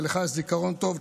ולך יש זיכרון טוב,